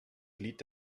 glied